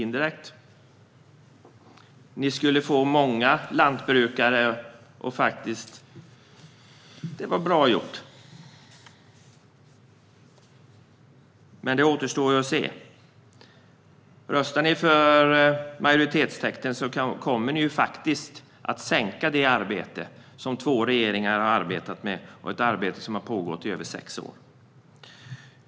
Ni skulle få många lantbrukare att göra tummen upp och säga: Det var bra gjort! Men det återstår att se. Röstar ni för majoritetstexten kommer ni faktiskt att sänka det arbete som två regeringar har arbetat med, ett arbete som har pågått i över sex år. Fru talman!